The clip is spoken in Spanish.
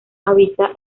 habita